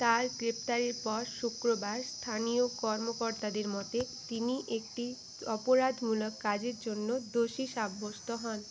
তাঁর গ্রেফতারের পর শুক্রবার স্থানীয় কর্মকর্তাদের মতে তিনি একটি অপরাধমূলক কাজের জন্য দোষী সাব্যস্ত হন